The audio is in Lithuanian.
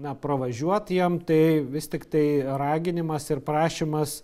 na pravažiuot jiem tai vis tiktai raginimas ir prašymas